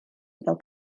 fel